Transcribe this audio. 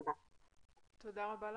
תודה רבה.